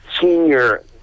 senior